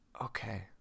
Okay